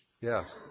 Yes